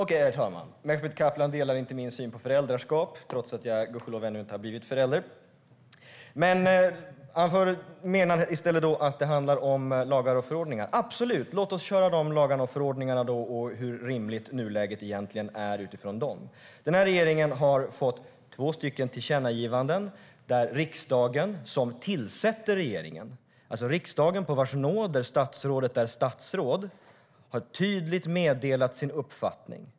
Herr talman! Mehmet Kaplan delar inte min syn på föräldraskap, och jag har gudskelov ännu inte blivit förälder. I stället menar han att det handlar om lagar och förordningar. Absolut, låt oss därför ta upp lagarna och förordningarna och se hur rimligt nuläget egentligen är utifrån dem. Regeringen har fått två tillkännagivanden där riksdagen, som tillsätter regeringen - riksdagen, på vars nåder statsrådet är statsråd - tydligt har meddelat sin uppfattning.